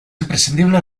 imprescindible